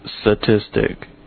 statistic